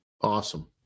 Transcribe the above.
Awesome